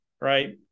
right